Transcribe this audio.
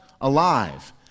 alive